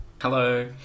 Hello